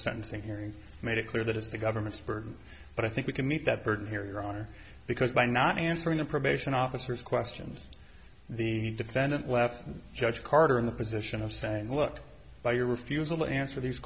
sentencing hearing made it clear that it's the government's for but i think we can meet that burden here your honor because by not answering the probation officers questions the defendant let judge carter in the position of saying look by your refusal to answer these